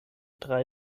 drei